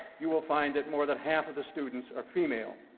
you will find that more than half of the students are female.